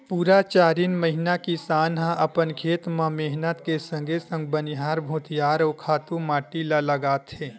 पुरा चारिन महिना किसान ह अपन खेत म मेहनत के संगे संग बनिहार भुतिहार अउ खातू माटी ल लगाथे